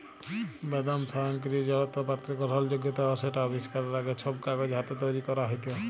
বেদম স্বয়ংকিরিয় জলত্রপাতির গরহলযগ্যতা অ সেট আবিষ্কারের আগে, ছব কাগজ হাতে তৈরি ক্যরা হ্যত